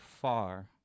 far